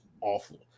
awful